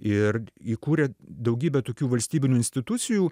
ir įkūrė daugybę tokių valstybinių institucijų